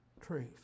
truth